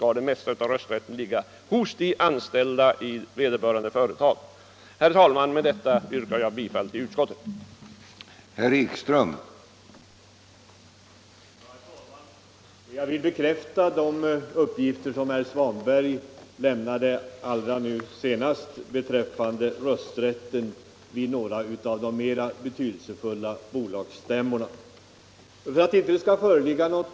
— att det mesta av rösträtten skall ligga hos de anställda i vederbörande företag. Herr talman! Med detta yrkar jag bifall till utskottets hemställan.